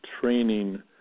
training